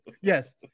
Yes